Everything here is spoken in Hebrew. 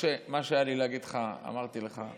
משה, מה שהיה לי להגיד לך אמרתי לך,